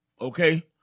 okay